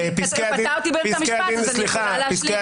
הוא קטע אותי באמצע המשפט אז אני יכולה להשלים.